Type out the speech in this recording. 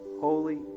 holy